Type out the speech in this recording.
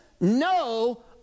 no